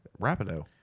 Rapido